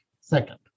Second